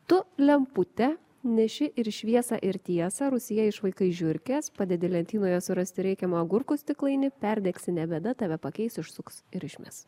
tu lempute neši ir šviesą ir tiesą rūsyje išvaikai žiurkes padedi lentynoje surasti reikiamą agurkų stiklainį perdegsi ne bėda tave pakeis išsuks ir išmes